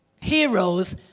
heroes